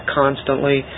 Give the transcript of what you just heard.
constantly